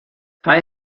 tai